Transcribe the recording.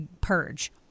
purge